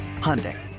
Hyundai